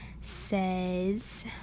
says